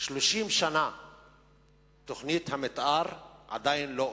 30 שנה תוכנית המיתאר עדיין לא אושרה,